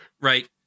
Right